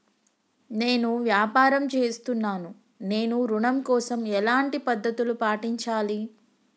నేను వ్యాపారం చేస్తున్నాను నేను ఋణం కోసం ఎలాంటి పద్దతులు పాటించాలి?